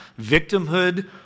victimhood